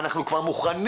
אנחנו כבר מוכנים